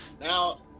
Now